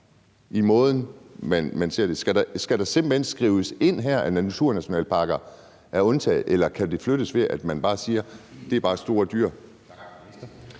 i måden, man ser på det? Skal der her simpelt hen skrives ind, at naturnationalparkerne er undtaget, eller kan det flyttes, ved at man siger, at det bare er store dyr?